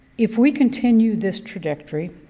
if we continue this trajectory,